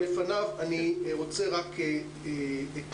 לפניו אני רוצה את נציג